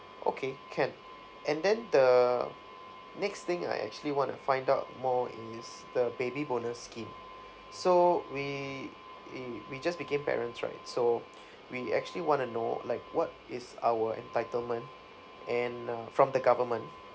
okay can and then the next thing I actually want to find out more is the baby bonus scheme so we we we just became parents right so we actually want to know like what is our entitlement and uh from the government